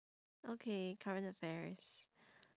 okay current affairs